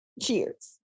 Cheers